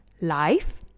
life